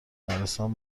نرسم